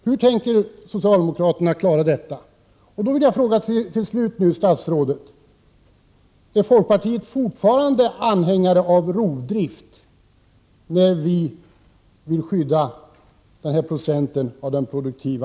Hur tänker socialdemokraterna klara detta?